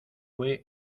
fue